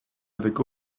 avec